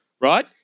right